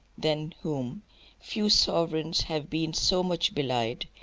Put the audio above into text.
than whom few sovereigns have been so much belied,